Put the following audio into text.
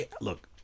look